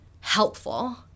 helpful